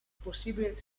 possibile